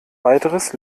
weiteres